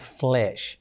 flesh